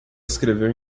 escreveu